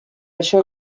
això